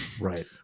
Right